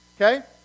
Okay